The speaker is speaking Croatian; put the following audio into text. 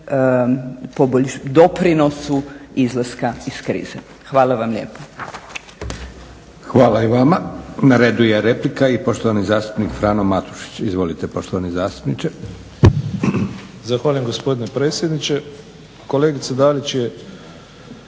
doprinosu izlaska iz krize. Hvala vam lijepo. **Leko, Josip (SDP)** Hvala i vama. Na redu je replika i poštovani zastupnik Frano Matušić. Izvolite poštovani zastupniče. **Matušić, Frano (HDZ)** Zahvaljujem gospodine predsjedniče. Kolegica Dalić je